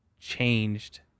changed